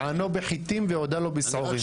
טענו חיטים והודה לו בשעורים.